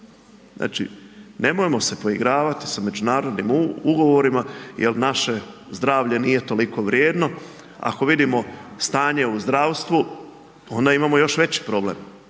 Znači, nemojmo se poigravati sa međunarodnim ugovorima jer naše zdravlje nije toliko vrijedno, ako vidimo stanje u zdravstvu onda imamo još veći problem,